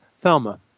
Thelma